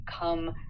come